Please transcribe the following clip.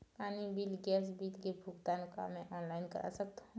पानी bill gas bill के भुगतान का मैं ऑनलाइन करा सकथों?